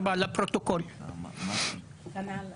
אחר כך יש רוטציה עם רע"מ, זה מה שנאמר כאן